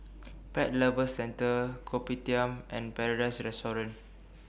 Pet Lovers Centre Kopitiam and Paradise Restaurant